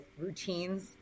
routines